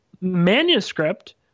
manuscript